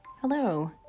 Hello